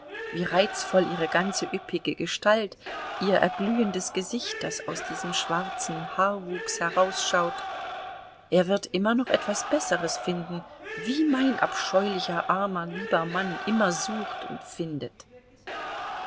wie reizvoll ihre ganze üppige gestalt ihr erglühendes gesicht das aus diesem schwarzen haarwuchs herausschaut er wird immer noch etwas besseres finden wie mein abscheulicher armer lieber mann immer sucht und findet